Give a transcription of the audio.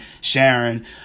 Sharon